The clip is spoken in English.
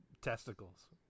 testicles